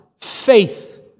Faith